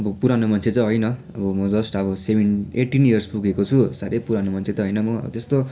पुरानो मान्छे चाहिँ होइन म जस्ट सेभेन एटिन इयर्स पुगेको छु साह्रै पुरानो मान्छे त होइन म